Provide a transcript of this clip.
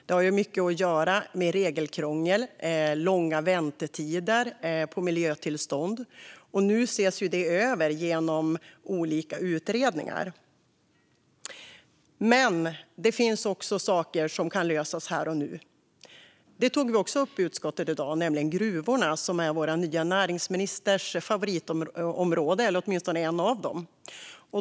Det har mycket att göra med regelkrångel och långa väntetider för miljötillstånd. Nu ses det över genom olika utredningar. Men det finns också saker som kan lösas här och nu. En del av det tog vi också upp i utskottet i dag, nämligen gruvorna. Det är vår nya näringsministers favoritområde, eller åtminstone ett av dem.